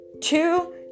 Two